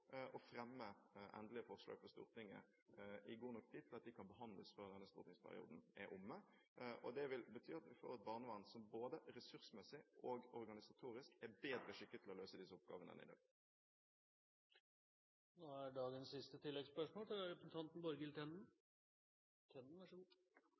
fremme endelig forslag for Stortinget i god nok tid til at det kan behandles før denne stortingsperioden er omme. Det vil bety at vi får et barnevern som både ressursmessig og organisatorisk er bedre skikket til å løse disse oppgavene enn i dag. Borghild Tenden – til dagens siste